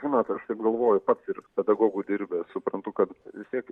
žinot aš taip galvoju pats ir pedagogu dirbęs suprantu kad vis tiek